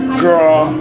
girl